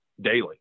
daily